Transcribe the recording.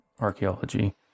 archaeology